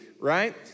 right